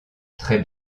très